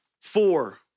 Four